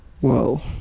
Whoa